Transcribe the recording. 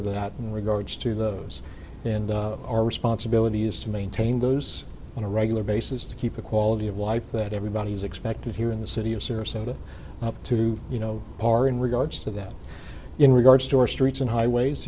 of that in regards to those in our responsibility is to maintain those on a regular basis to keep the quality of life that everybody is expecting here in the city of sarasota to you know in regards to that in regards to our streets and highways